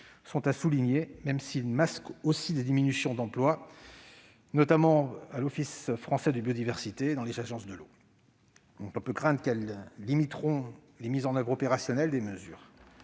l'an passé, même si elle masque aussi des diminutions d'emplois, notamment à l'Office français de la biodiversité et dans les agences de l'eau, dont on peut craindre qu'elles limiteront la mise en oeuvre opérationnelle des mesures.